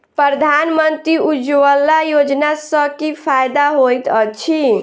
प्रधानमंत्री उज्जवला योजना सँ की फायदा होइत अछि?